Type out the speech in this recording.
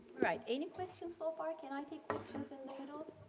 right, any questions so far? can i take questions and a little